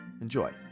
enjoy